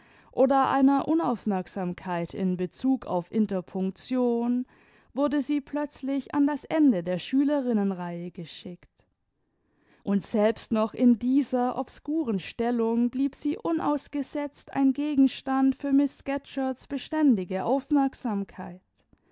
oder einer unaufmerksamkeit in bezug auf interpunktion wurde sie plötzlich an das ende der schülerinnenreihe geschickt und selbst noch in dieser obskuren stellung blieb sie unausgesetzt ein gegenstand für miß scatcherds beständige aufmerksamkeit